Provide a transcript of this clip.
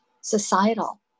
societal